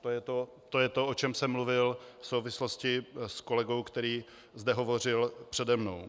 To je to, o čem jsem mluvil v souvislosti s kolegou, který zde hovořil přede mnou.